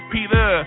Peter